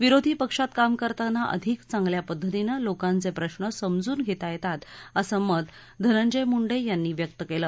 विरोधी पक्षात काम करताना आधिक चांगल्या पद्धतीनं लोकांचे प्रश्न समजून घेता येतात असं मत धनंजय मुंडे यांनी व्यक्त केलं